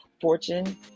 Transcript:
Fortune